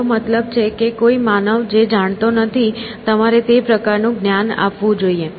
મારો મતલબ છે કે કોઈ માનવ જે જાણતો નથી તમારે તે પ્રકારનું જ્ઞાન આપવું જોઈએ